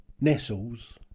Nestles